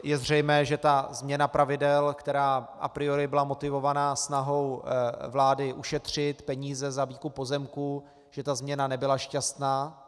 Je zřejmé, že ta změna pravidel, která a priori byla motivovaná snahou vlády ušetřit peníze za výkup pozemků, ta změna nebyla šťastná.